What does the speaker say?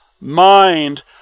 mind